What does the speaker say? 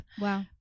wow